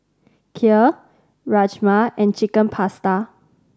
Kheer Rajma and Chicken Pasta